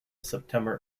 september